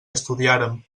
estudiàrem